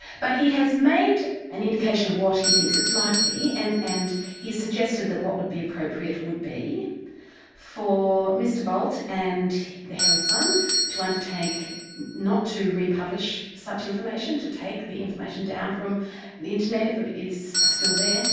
but he has made an indication of what he thinks it's likely, and and he's suggested that what would be appropriate would be for mr bolt and the herald sun to and undertake not to republish such information, to take the information down from the internet, if it is still there,